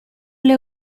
alle